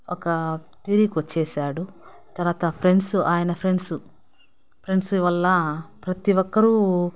ఒక తీరుకు వచ్చేసాడు తర్వాత ఫ్రెండ్స్ ఆయన ఫ్రెండ్స్ ఫ్రెండ్స్ వల్ల ప్రతి ఒక్కరూ